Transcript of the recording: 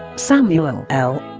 samuel l